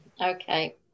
Okay